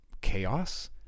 chaos